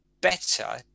better